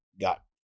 got